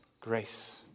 grace